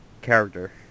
character